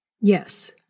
Yes